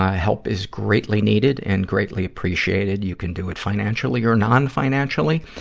help is greatly needed and greatly appreciated. you can do financially or non-financially.